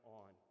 on